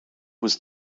was